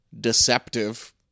deceptive